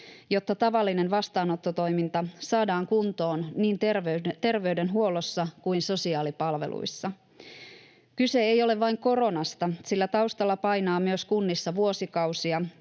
jotta tavallinen vastaanottotoiminta saadaan kuntoon niin terveydenhuollossa kuin sosiaalipalveluissa. Kyse ei ole vain koronasta, sillä taustalla painaa myös kunnissa vuosikausia